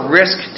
risk